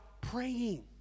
praying